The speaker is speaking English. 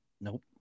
Nope